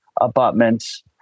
abutments